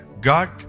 God